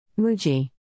Muji